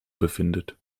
befindet